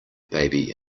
baby